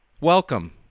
welcome